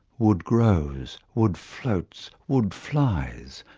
wood grows, wood floats, wood flies.